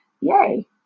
yay